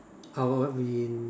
I will be in